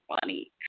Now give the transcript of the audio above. funny